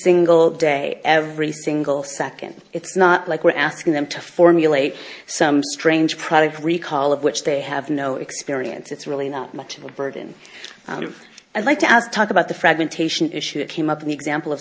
single day every single second it's not like we're asking them to formulate some strange product recall of which they have no experience it's really not much of a burden i like to ask talk about the fragmentation issue that came up in the example of